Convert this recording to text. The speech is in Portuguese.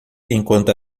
enquanto